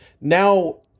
now